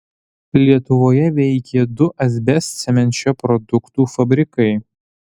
lietuvoje veikė du asbestcemenčio produktų fabrikai